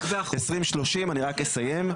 2030 אני רק אסיים,